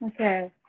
Okay